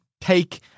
take